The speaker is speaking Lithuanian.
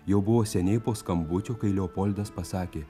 jau buvo seniai po skambučio kai leopoldas pasakė